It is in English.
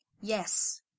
Yes